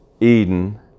Eden